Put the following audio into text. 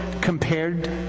compared